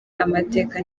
amateka